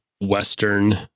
Western